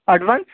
advance